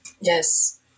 Yes